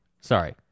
Sorry